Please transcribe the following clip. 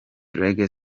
reggae